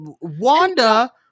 Wanda